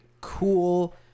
cool